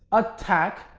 attack,